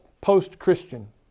post-Christian